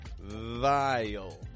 vile